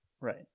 Right